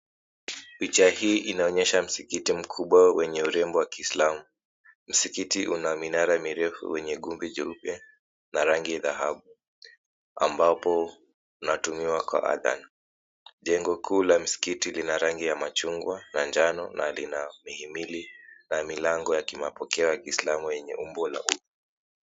Picha hii inaonyesha msikiti mkubwa wenye urembo wa kislamu .Msikiti una minara mirefu wenye kundi jipya na rangi dhahabu .Jengo kuu la msikiti Ina rangi ya mchungwa, manjano na Milango ya kislamu .